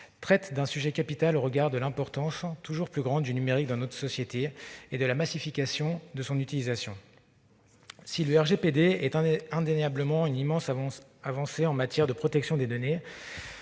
traite un sujet capital, eu égard à l'importance toujours plus grande du numérique dans notre société et à la massification de son utilisation. Si le RGPD représente indéniablement une immense avancée en matière de protection des données,